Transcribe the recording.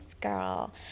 girl